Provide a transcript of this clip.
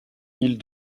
mille